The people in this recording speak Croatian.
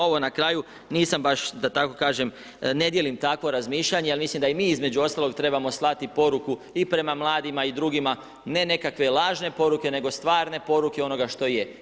Ovo na kraju nisam baš da tako kažem, ne dijelim takvo razmišljanje ali mislim da i mi između ostalog trebamo slati poruku i prema mladima i drugima, ne nekakve lažne poruke, nego stvarne poruke onoga što je.